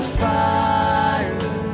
fire